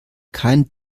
kein